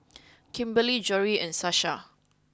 Kimberly Jory and Sasha